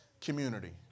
community